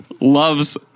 loves